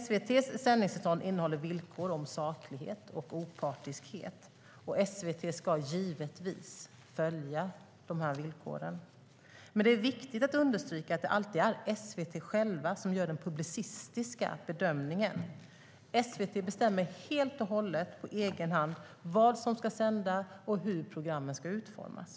SVT:s sändningstillstånd innehåller villkor om saklighet och opartiskhet, och SVT ska givetvis följa dessa villkor. Det är dock viktigt att understryka att det alltid är SVT själva som gör den publicistiska bedömningen. SVT bestämmer helt och hållet på egen hand vad som ska sändas och hur programmen ska utformas.